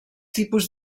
tipus